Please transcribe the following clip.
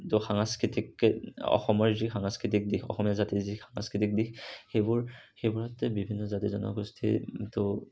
সাংস্কৃতিক অসমৰ যি সাংস্কৃতিক দিশ অসমীয়া জাতিৰ যি সাংস্কৃতিক দিশ সেইবোৰ সেইবোৰত বিভিন্ন জাতি জনগোষ্ঠীৰ তো